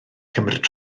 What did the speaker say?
cymryd